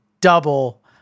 double